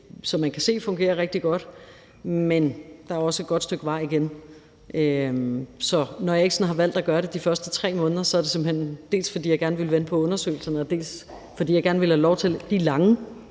som man kan se fungerer rigtig godt, men der er også et godt stykke vej igen. Så når jeg ikke har valgt at gøre det de første 3 måneder, er det simpelt hen, dels fordi jeg gerne vil vente på undersøgelserne – og de er omfangsrige – dels fordi jeg gerne vil have lov til at læse